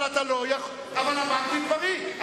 אבל אמרתי דברים,